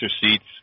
seats